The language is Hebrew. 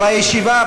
השנייה.